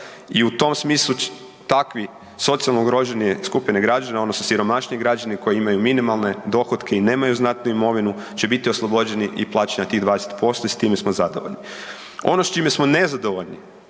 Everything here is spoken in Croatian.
i u tom smislu takve socijalno ugroženije skupine građana odnosno siromašniji građani koji imaju minimalne dohotke i nemaju znatnu imovinu će biti oslobođeni i plaćanja tih 20% i s time smo zadovoljni. Ono s čime smo nezadovoljni